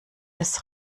des